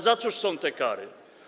Za co są te kary?